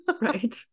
right